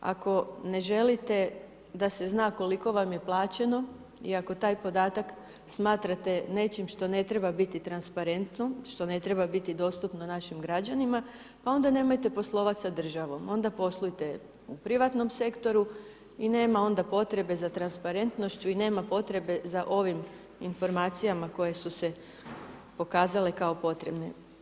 Ako ne želite da se zna koliko vam je plaćeno, iako taj podatak smatrate nečim što ne treba biti transparentno, što ne treba biti dostupno našim građanima, pa onda nemojte poslovati sa državom, onda poslujte u privatnom sektoru i nema onda potrebe za transparentnošću i nema potrebe za ovim informacijama koje su se pokazale kao potrebnim.